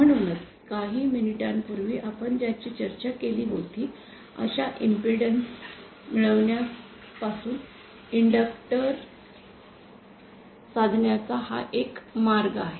म्हणूनच काही मिनिटांपूर्वी आपण ज्याची चर्चा केली होती अशा इम्पेडन्स मिळविण्यापासून इंडक्टर् साधण्याचा हा एक मार्ग आहे